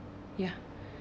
ya